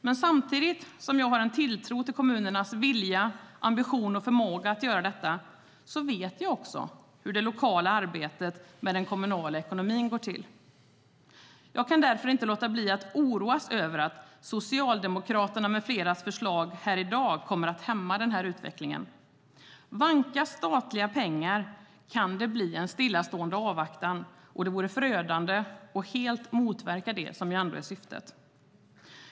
Men samtidigt som jag har en tilltro till kommunernas vilja, ambition och förmåga att göra detta vet jag också hur det lokala arbetet med den kommunala ekonomin går till. Jag kan därför inte låta bli att oroas över att Socialdemokraternas med fleras förslag här i dag kommer att hämma utvecklingen. Vankas statliga pengar kan det bli en stillastående avvaktan. Det vore förödande, och det skulle helt motverka det som ändå är syftet.